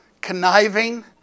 Conniving